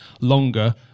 longer